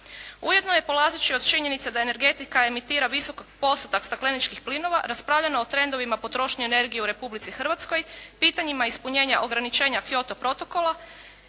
Ujedno je polazeći od činjenica da energetika emitira visok postotak stakleničkih plinova, raspravljano je o trendovima potrošnje energije u Republici Hrvatskoj, pitanjima ispunjenja ograničenja Kyoto protokola,